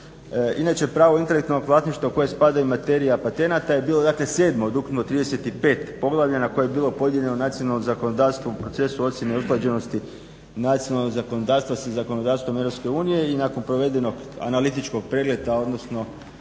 Inače pravo intelektualnog vlasništva u koje spadaju materija patenata je bilo dakle sedmo od ukupno 35 poglavlja na koje je bilo podijeljeno nacionalno zakonodavstvo u procesu ocjene usklađenosti nacionalnog zakonodavstva sa zakonodavstvom Europske unije. I nakon provedenog analitičkog pregleda, odnosno